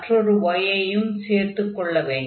மற்றொரு y ஐயும் சேர்த்துக் கொள்ள வேண்டும்